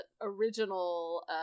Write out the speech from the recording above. original